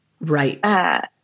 Right